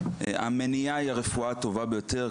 המניעה היא הרפואה הטובה ביותר.